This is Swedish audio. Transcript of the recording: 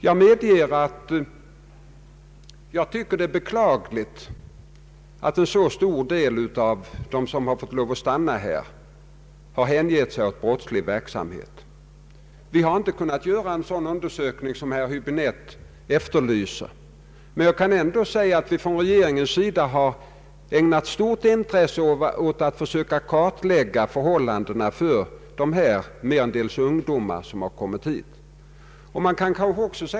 Jag medger att jag tycker att det är beklagligt att en så stor del av dem som fått tillstånd att stanna här hängett sig åt brottslig verksamhet. Vi har inte kunnat göra en sådan undersökning som herr Häbinette efterlyser, men jag kan ändå säga att vi från regeringens sida ägnat stort intresse åt att försöka kartlägga de förhållanden under vilka dessa människor — merendels ungdomar — som kommit hit lever.